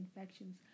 infections